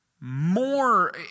More